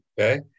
Okay